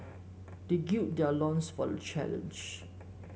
they gird their loins for the challenge